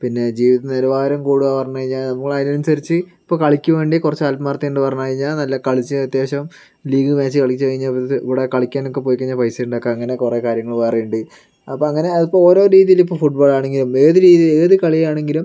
പിന്നെ ജീവിത നിലവാരം കൂടുക പറഞ്ഞു കഴിഞ്ഞാൽ നമ്മളതിനനുസരിച്ച് ഇപ്പോൾ കളിക്ക് വേണ്ടി കുറച്ച് ആത്മാർത്ഥത ഉണ്ട് പറഞ്ഞു കഴിഞ്ഞാൽ നല്ല കളിച്ച് അത്യാവശ്യം ലീഗ് മാച്ച് കളിച്ച് കഴിഞ്ഞാൽ ഇവിടെ കളിക്കാനൊക്കെ പോയിക്കഴിഞ്ഞാൽ പൈസ ഉണ്ടാക്കുക അങ്ങനെ കുറേ കാര്യങ്ങൾ വേറെയുണ്ട് അപ്പം അങ്ങനെ അപ്പം ഓരോ രീതിയിൽ ഇപ്പം ഫുട് ബോൾ ആണെങ്കിലും ഏത് രീതിയിൽ ഏത് കളിയാണെങ്കിലും